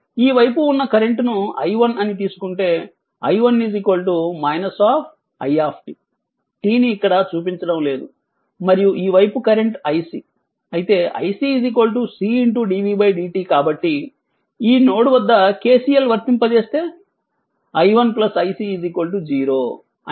ఈ వైపు ఉన్న కరెంట్ ను i1 అని తీసుకుంటే i1 i t ని ఇక్కడ చూపించడం లేదు మరియు ఈ వైపు కరెంట్ iC అయితే iC C dvdt కాబట్టి ఈ నోడ్ వద్ద KCL వర్తింపజేస్తే i1 iC 0 అంటే R C dvdt 0